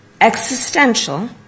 existential